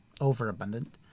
overabundant